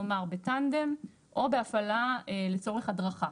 כלומר, בטנדם או בהפעלה לצורך הדרכה.